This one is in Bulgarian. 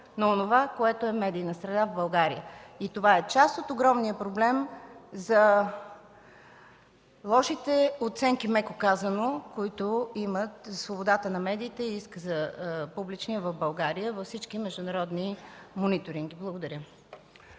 на онова, което е медийна среда в България. Това е част от огромния проблем за лошите оценки, меко казано, които има, за свободата на медиите и публичния изказ в България във всички международни мониторинги. Благодаря.